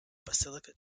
basilica